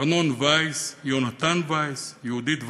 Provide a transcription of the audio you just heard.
ארנון וייס, יונתן וייס, יהודית וינבגר,